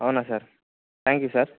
అవునా sir thank you sir